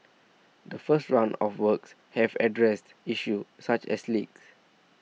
the first round of works have addressed issues such as leaks